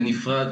בנפרד,